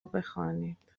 بخوانید